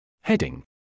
Heading